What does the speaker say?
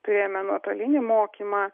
turėjome nuotolinį mokymą